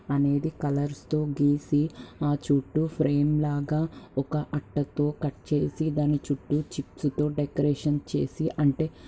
అనేది కలర్స్తో గీసి ఆ చుట్టూ ఫ్రేమ్లాగా ఒక అట్టతో కట్ చేసి దాని చుట్టూ చిప్సుతో డెకరేషన్ చేసి అంటే